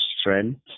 strength